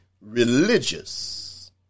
religious